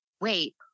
wait